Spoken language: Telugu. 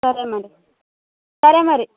సరే మరి సరే మరి